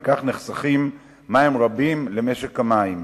וכך נחסכים מים רבים למשק המים.